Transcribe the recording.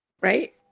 right